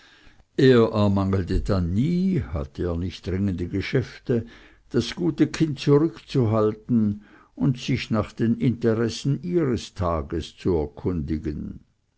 dann nie hatte er nicht dringende geschäfte das gute kind zurückzuhalten und sich nach den interessen ihres tages zu erkundigen